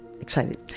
excited